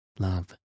love